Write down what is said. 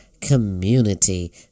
community